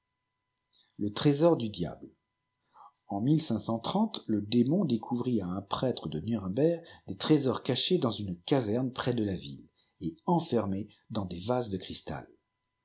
le trésor du diatie i en le démon découvrit à un prêtre de eeçjbm içs trésors caciiés dans une caverne près de la ville et enfermé dans des vases de cristal